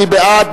מי בעד?